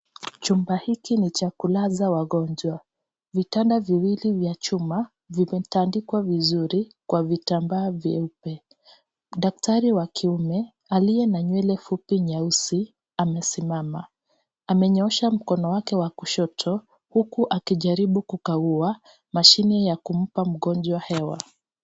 Chumba hiki ni cha kulaza wagonjwa, vitanda viwili vya chuma vimetandikwa vizuri kwa kwa vitambaa vyeupe daktari wa kiume aliye na nywele fupi nyeusi amesimama, amenyosha mkono wake wa kushoto huku akijaribu kukagua mashine ya kumpa mgonjwa hewa.